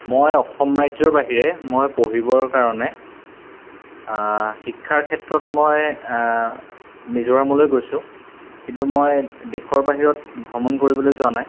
মই অসম ৰাজ্যৰ বাহিৰে মই পঢ়িবৰ কাৰণে শিক্ষাৰ ক্ষেত্ৰত মই মিজোৰামলৈ গৈছোঁ কিন্তু মই দেশৰ বাহিৰত ভ্ৰমণ কৰিবলৈ যোৱা নাই